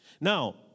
Now